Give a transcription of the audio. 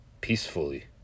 peacefully